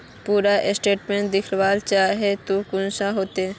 पूरा स्टेटमेंट देखला चाहबे तो कुंसम होते?